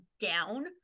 down